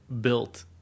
built